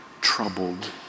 troubled